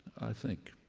i think,